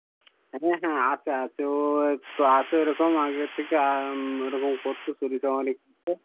হ্যাঁ হ্যাঁ আছে আছে ও একটু আছে ওই রকম আগের থেকে এরকম করতো চুরি চামারি করতো